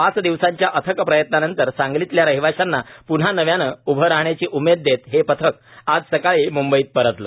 पाच दिवसांच्या अथक प्रयत्नांनंतर सांगलीतल्या रहिवाशांना पुन्हा नव्यानं उभं राहण्याची उमेद देत हे पथक आज सकाळी मुंबईत परतलं